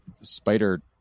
spider